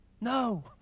No